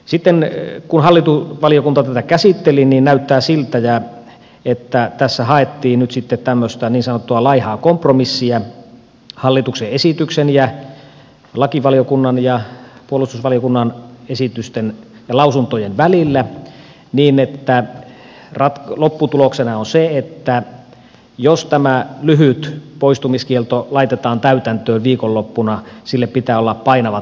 sitten kun hallintovaliokunta tätä käsitteli niin näyttää siltä että tässä haettiin nyt sitten tämmöistä niin sanottua laihaa kompromissia hallituksen esityksen ja lakivaliokunnan ja puolustusvaliokunnan esitysten ja lausuntojen välillä niin että lopputuloksena on se että jos tämä lyhyt poistumiskielto laitetaan täytäntöön viikonloppuna sille pitää olla painavat perusteet